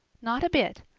not a bit.